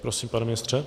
Prosím, pane ministře.